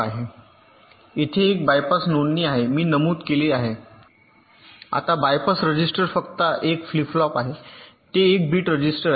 तेथे एक बायपास नोंदणी आहे मी नमूद केले आहे आता बायपास रजिस्टर फक्त एक फ्लिप फ्लॉप आहे ते 1 बिट रजिस्टर आहे